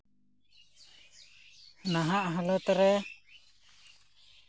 ᱱᱟᱦᱟᱜ ᱦᱟᱞᱚᱛ ᱨᱮ